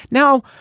now,